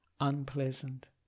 unpleasant